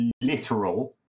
literal